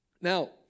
Now